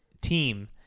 team